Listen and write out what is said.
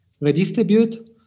Redistribute